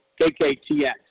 KKTX